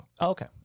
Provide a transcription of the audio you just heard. Okay